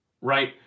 right